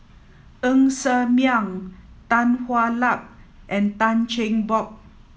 Ng Ser Miang Tan Hwa Luck and Tan Cheng Bock